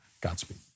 Godspeed